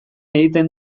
egiten